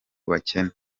bakene